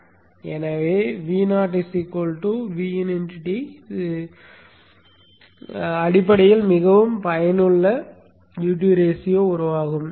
எனவே Vo d இது அடிப்படையில் மிகவும் பயனுள்ள டியூட்டி ரேஸியோ உறவாகும்